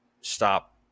stop